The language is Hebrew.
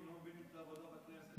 קרטונים לא מבינים את העבודה בכנסת.